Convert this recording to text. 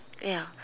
ya